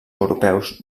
europeus